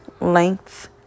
length